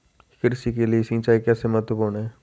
कृषि के लिए सिंचाई कैसे महत्वपूर्ण है?